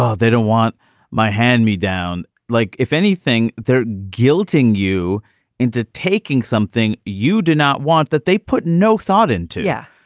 um they don't want my hand-me-down. like, if anything, they're guilting you into taking something you do not want that they put no thought into yeah,